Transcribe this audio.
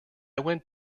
went